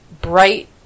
bright